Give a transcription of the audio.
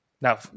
Now